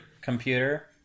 computer